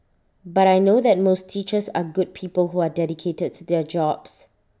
but I know that most teachers are good people who are dedicated to their jobs